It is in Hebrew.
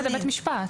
אפשר ללכת לבית משפט.